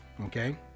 okay